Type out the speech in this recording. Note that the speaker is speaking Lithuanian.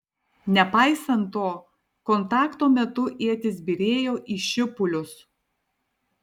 nepaisant to kontakto metu ietys byrėjo į šipulius